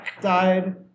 died